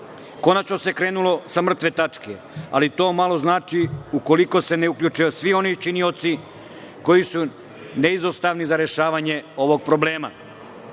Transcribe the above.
Konačno se krenulo sa mrtve tačke, ali to malo znači ukoliko se ne uključe svi oni činioci koji su neizostavni za rešavanje ovog problema. Videli